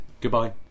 Goodbye